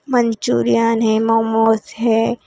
Manchurian है मोमोज़ हैं